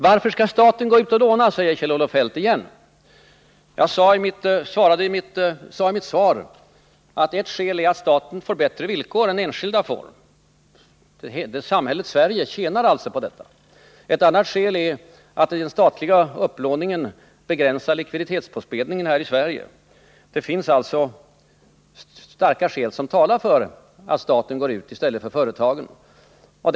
Varför skall staten gå ut och låna? frågar Kjell-Olof Feldt igen. Jag sade i mitt svar att ett skäl är att staten får bättre villkor än enskilda. Samhället Sverige tjänar alltså på detta. Ett annat skäl är att den statliga upplåningen begränsar likviditetspåspädningen här i Sverige. Det finns alltså starka skäl som talar för att staten skall gå ut och ta huvudparten av upplåningen.